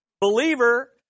believer